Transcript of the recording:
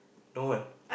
don't want